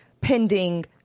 pending